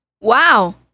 Wow